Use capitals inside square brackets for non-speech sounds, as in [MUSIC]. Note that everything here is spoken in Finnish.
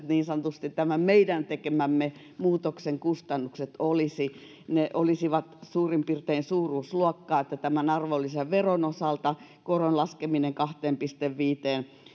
[UNINTELLIGIBLE] niin sanotusti tämän meidän tekemän muutoksen kustannukset olisivat ne olisivat suurin piirtein sellaista suuruusluokkaa että tämän arvonlisäveron osalta koron laskeminen kahteen pilkku viiteen